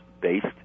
based